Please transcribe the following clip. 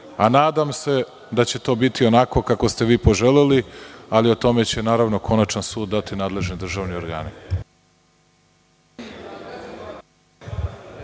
a nadam se da će to biti onako kako ste vi poželeli, ali o tome će, naravno, konačan sud dati nadležni državni organi.